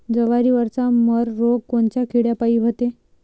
जवारीवरचा मर रोग कोनच्या किड्यापायी होते?